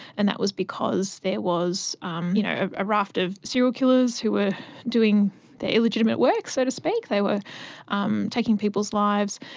and that was because there was um you know a raft of serial killers who were doing their illegitimate work, so to speak, they were um taking people's lives,